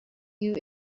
you